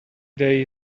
day